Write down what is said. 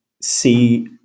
see